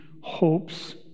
hopes